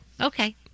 Okay